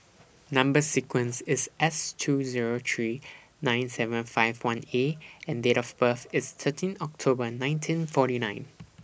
Number sequence IS S two Zero three nine seven five one A and Date of birth IS thirteen October nineteen forty nine